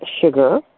Sugar